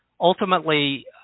ultimately